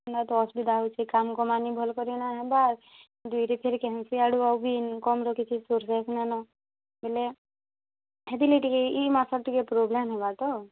ଇନା ତ ଅସୁବିଧା ହେଉଛେ କାମ୍ କମାନି ଭଲ୍ କରି ନାଇଁ ହେନ୍ତା ଦୁଇରେ ଫିର୍ କେନ୍ସି ଆଡ଼ୁ ଆଉ ବି ଇନ୍କମ୍ର କିଛି ସୋର୍ସେସ୍ ବି ନାଇନ ବୋଇଲେ ହେଥିର୍ଲାଗି ଟିକେ ଇ ମାସର୍ ଟିକେ ପ୍ଲୋବେମ୍ ହେବା ତ